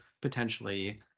potentially